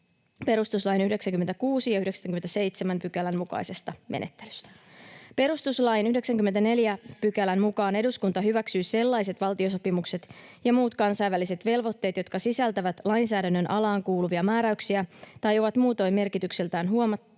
perustuslain 96 ja 97 §:ien mukaisesta menettelystä. Perustuslain 94 §:n mukaan eduskunta hyväksyy sellaiset valtiosopimukset ja muut kansainväliset velvoitteet, jotka sisältävät lainsäädännön alaan kuuluvia määräyksiä tai ovat muutoin merkitykseltään huomattavia